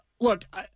Look